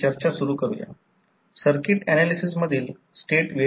त्याचप्रमाणे secondary side 225 volt त्यामुळे N2 225 15 म्हणजे ते 15 आहे N2 15 आहे